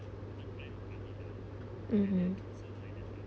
mmhmm